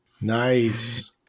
Nice